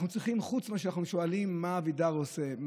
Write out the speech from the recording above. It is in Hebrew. חוץ מזה שאנחנו שואלים מה אבידר עושה,